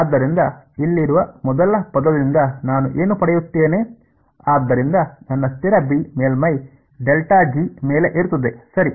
ಆದ್ದರಿಂದ ಇಲ್ಲಿರುವ ಮೊದಲ ಪದದಿಂದ ನಾನು ಏನು ಪಡೆಯುತ್ತೇನೆ ಆದ್ದರಿಂದ ನನ್ನ ಸ್ಥಿರ ಬಿ ಮೇಲ್ಮೈ ಮೇಲೆ ಇರುತ್ತದೆ ಸರಿ